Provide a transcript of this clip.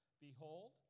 Behold